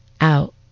Out